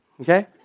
okay